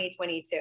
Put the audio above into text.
2022